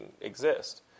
exist